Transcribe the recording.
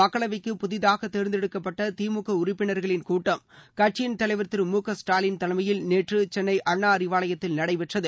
மக்களவைக்கு புதிதாக தேர்ந்தெடுக்கப்பட்ட திமுக உறுப்பினர்களின் கூட்டம் கட்சியின் தலைவர் திரு மு க ஸ்டாலின் தலைமையில் நேற்று சென்னை அண்ணா அறிவாலயத்தில் நடைபெற்றது